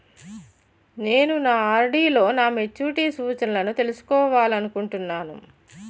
నేను నా ఆర్.డి లో నా మెచ్యూరిటీ సూచనలను తెలుసుకోవాలనుకుంటున్నాను